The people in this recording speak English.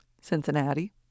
Cincinnati